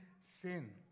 Sin